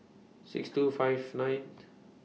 six two five ninth